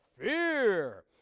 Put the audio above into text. fear